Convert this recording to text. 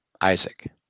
Isaac